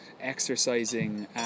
exercising